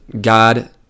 God